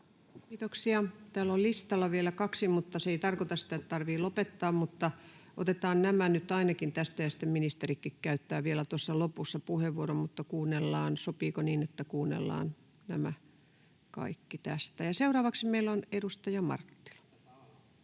Kiitoksia. — Täällä on listalla vielä kaksi, mutta se ei tarkoita, että tarvitsee lopettaa. Otetaan nämä nyt ainakin tästä, ja sitten ministerikin käyttää vielä tuossa lopussa puheenvuoron. — Ja seuraavaksi meillä on edustaja Marttila.